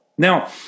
Now